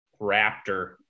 Raptor